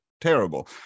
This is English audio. terrible